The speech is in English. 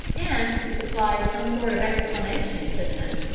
and to supply some sort of explanation to them.